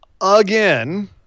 again